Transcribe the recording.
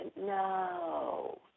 No